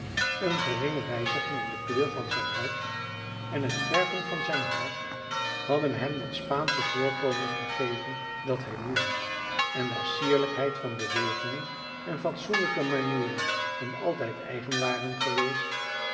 eene geringe wijziging in de kleur van zijne huid en het verven van zijn haar hadden hem dat spaansche voorkomen gegeven dat hij nu had en daar sierlijkheid van bewegingen en fatsoenlijke manieren hem altijd eigen waren geweest